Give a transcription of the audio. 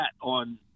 on